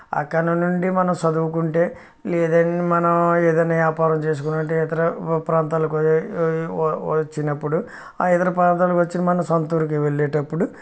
అక్కడ నుండి మనం చదువుకుంటే లేదని మనం ఏదైనా వ్యాపారం చేసుకుంటే ఇతర ప్రాంతాలకు వ వ వచ్చినప్పుడు ఆ ఇతర ప్రాంతాలకు వచ్చిన మన సొంత ఊరుకి వెళ్ళేటప్పుడు